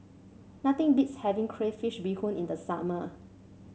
nothing beats having Crayfish Beehoon in the summer